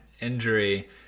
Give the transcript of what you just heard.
injury